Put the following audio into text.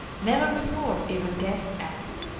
never before even guessed at.